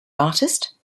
artist